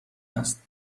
است